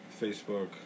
Facebook